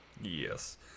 Yes